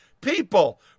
People